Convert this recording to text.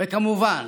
וכמובן,